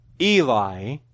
Eli